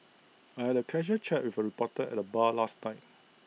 I had A casual chat with A reporter at the bar last night